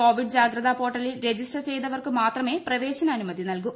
Covid Jagratha പോർട്ടലിൽ register ചെയ്തവർക്കു ഏഴ് ദിവസം മാത്രമേ പ്രവേശനാനുമതി നൽകൂ